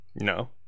No